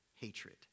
hatred